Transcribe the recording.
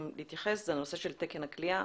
להתייחס אליו זה הנושא של תקן הכליאה